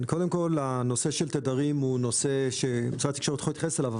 קודם כול הנושא של תדרים הוא נושא שמשרד התקשורת יכול להתייחס אליו,